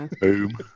Boom